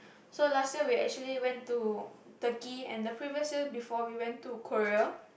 so last year we actually went to Turkey and the previous year before we went to Korea